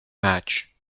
match